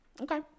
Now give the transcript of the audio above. Okay